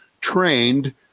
trained